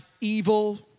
evil